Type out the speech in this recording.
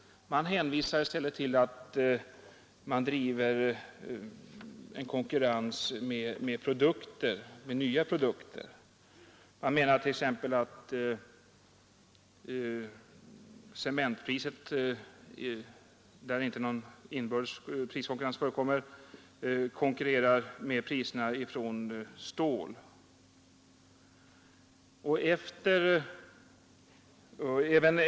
De hänvisar i stället till att de driver en konkurrens med nya produkter. De menar t.ex. att cementpriset — där inte någon inbördes priskonkurrens förekommer — konkurrerar med priserna på stål.